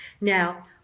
Now